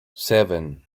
seven